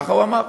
ככה הוא אמר.